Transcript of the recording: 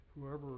Whoever